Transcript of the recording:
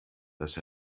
dass